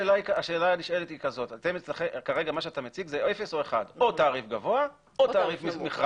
מה שאתה מציג זה או אפס או 1: או תעריף גבוה או תעריף מכרז.